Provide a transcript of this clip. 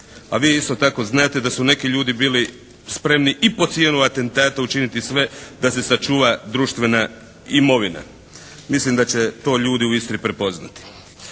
A vi isto tako znate da su neki ljudi bili spremni i po cijenu atentata učiniti sve da se sačuva društvena imovina. Mislim da će to ljudi u Istri prepoznati.